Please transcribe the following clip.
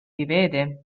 rivede